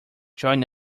join